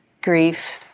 grief